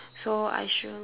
so I shall